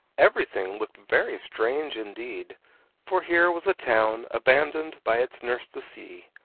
everything looked very strange, indeed for here was a town abandoned by its nurse, the sea,